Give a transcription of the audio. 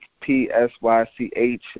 P-S-Y-C-H